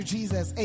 Jesus